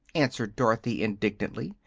answered dorothy, indignantly.